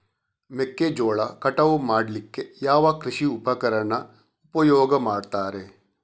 ಮೆಕ್ಕೆಜೋಳ ಕಟಾವು ಮಾಡ್ಲಿಕ್ಕೆ ಯಾವ ಕೃಷಿ ಉಪಕರಣ ಉಪಯೋಗ ಮಾಡ್ತಾರೆ?